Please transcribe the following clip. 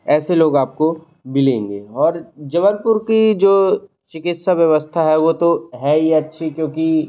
ऐसे लोग आपको मिलेंगे और जबलपुर की जो चिकित्सा व्यवस्था है वो तो है ही अच्छी क्योंकि